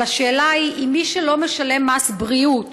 אבל השאלה היא אם יש מי שלא משלם מס בריאות,